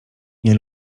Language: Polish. nie